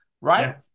Right